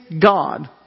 God